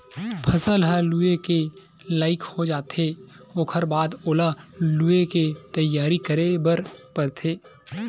फसल ह लूए के लइक हो जाथे ओखर बाद ओला लुवे के तइयारी करे बर परथे